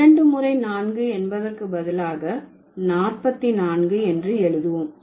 இரண்டு முறை நான்கு என்பதற்கு பதிலாக நாற்பத்திநான்கு என்று எழுதுவோம்